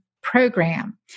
program